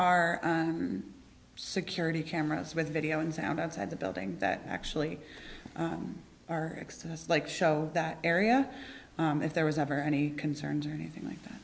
are security cameras with video and sound inside the building that actually our access like show that area if there was ever any concerns or anything like that